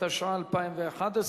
התשע"א 2011,